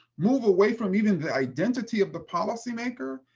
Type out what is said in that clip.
move away from even the identity of the policymaker.